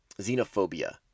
xenophobia